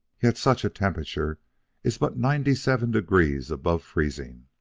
yet such a temperature is but ninety-seven degrees above freezing.